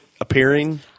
appearing